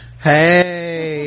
hey